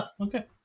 Okay